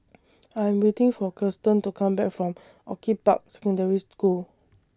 I Am waiting For Kirsten to Come Back from Orchid Park Secondary School